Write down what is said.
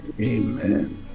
Amen